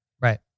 Right